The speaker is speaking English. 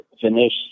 finish